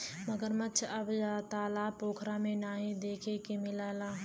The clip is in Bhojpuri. मगरमच्छ अब तालाब पोखरा में नाहीं देखे के मिलला